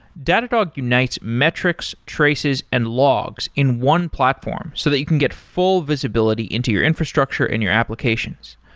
datadog unites metrics, traces and logs in one platform so that you can get full visibility into your infrastructure in your applications.